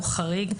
הוא חריג,